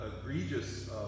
egregious